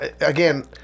again